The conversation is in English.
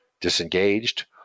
disengaged